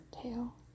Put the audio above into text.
tail